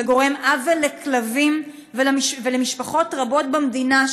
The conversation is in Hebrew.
וגורם עוול לכלבים ולמשפחות רבות במדינה,